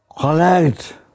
Collect